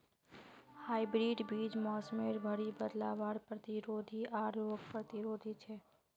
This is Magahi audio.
हाइब्रिड बीज मोसमेर भरी बदलावर प्रतिरोधी आर रोग प्रतिरोधी छे